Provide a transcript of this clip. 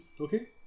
Okay